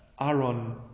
Aaron